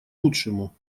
лучшему